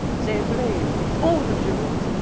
they blamed all the jews,